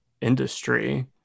industry